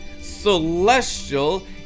celestial